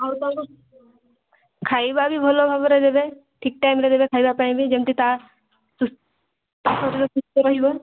ଆଉ ତାକୁ ଖାଇବା ବି ଭଲ ଭାବରେ ଦେବେ ଠିକ୍ ଟାଇମ୍ରେ ଦେବେ ଖାଇବା ପାଇଁ ବି ଯେମିତି ତା' ଶରୀର ସୁସ୍ଥ ରହିବ